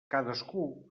cadascú